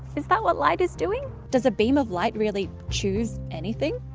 is that what light is doing? does a beam of light really choose anything?